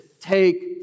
Take